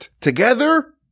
together